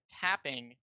tapping